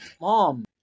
mom